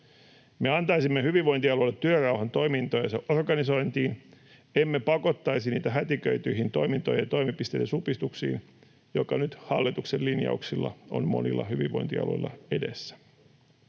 Me antaisimme hyvinvointialueille työrauhan toimintojensa organisointiin, emme pakottaisi niitä hätiköityihin toimintoihin ja toimipisteiden supistuksiin, jotka nyt hallituksen linjauksilla ovat monilla hyvinvointialueilla edessä.